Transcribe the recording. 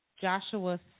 Joshua